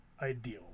Ideal